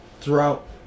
throughout